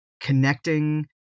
connecting